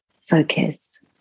focus